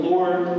Lord